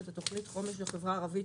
את תוכנית החומש בחברה הערבית,